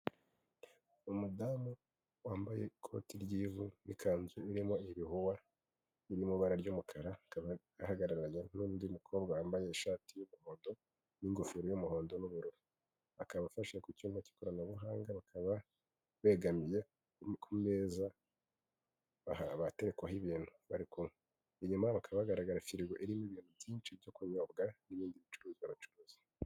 Umudamu wambaye ikoti ry'ivu n'ikanzu irimo ibihuhwa, biri mu ibara ry'umukara, akaba ahagararanye n'undi mukobwa wambaye ishati y'umuhondo, n'ingofero y'umuhondo n'ubururu. Akaba afashe ku cyuma cy'ikoranabuhanga, bakaba begamiye ku meza, aha aba aterekwaho ibintu bari kumwe. Inyuma yabo hakaba hagaragara firigo irimo ibintu byinshi byo kunyobwa, n'ibindi bicuruzwa bacuruza.